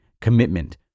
commitment